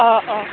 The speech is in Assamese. অঁ অঁ